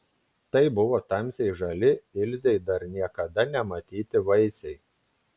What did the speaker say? tai buvo tamsiai žali ilzei dar niekada nematyti vaisiai